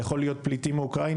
זה יכול להיות פליטים מאוקראינה,